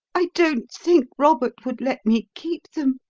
i don't think robert would let me keep them,